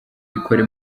ikore